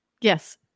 Yes